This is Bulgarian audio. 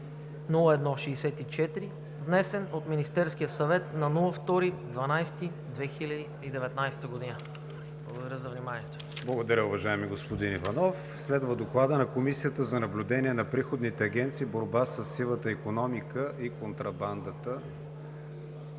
Благодаря за вниманието.